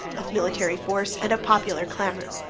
of military force and of popular clamor.